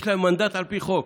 יש להם מנדט על פי חוק.